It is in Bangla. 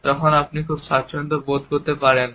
তখন আপনি খুব স্বাচ্ছন্দ্য বোধ করতে পারেন না